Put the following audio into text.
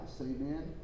amen